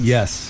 Yes